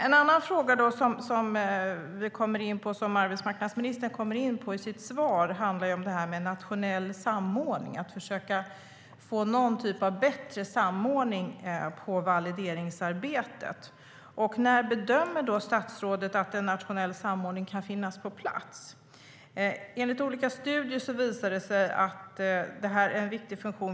En annan fråga som arbetsmarknadsministern kommer in på i sitt svar handlar om nationell samordning, att försöka få någon typ av bättre samordning av valideringsarbetet. När bedömer statsrådet att en nationell samordning kan finnas på plats? Enligt olika studier visar det sig att detta är en viktig funktion.